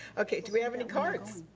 okay, do we have any cards?